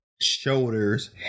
shoulders